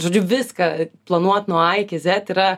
žodžiu viską planuot nuo a iki zet yra